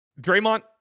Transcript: Draymond